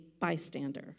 bystander